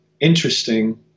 interesting